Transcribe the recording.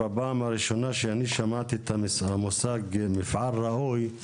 בפעם הראשונה כשאני שמעתי את המושג מפעל ראוי,